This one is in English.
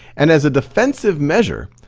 and as a defensive measure,